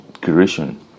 creation